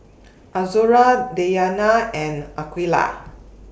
Azura Dayana and Aqeelah